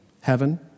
heaven